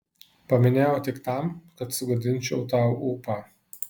paminėjau tik tam kad sugadinčiau tau ūpą